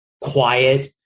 quiet